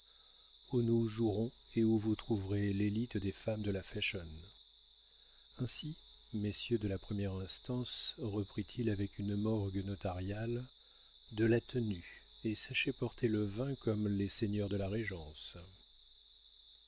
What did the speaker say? où nous jouerons et où vous trouverez l'élite des femmes de la fashion ainsi messieurs de la première instance reprit-il avec une morgue notariale de la tenue et sachez porter le vin comme les seigneurs de la régence